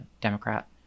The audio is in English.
democrat